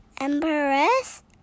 empress